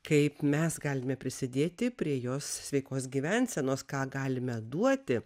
kaip mes galime prisidėti prie jos sveikos gyvensenos ką galime duoti